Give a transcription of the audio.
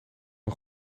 een